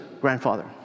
grandfather